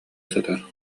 сытар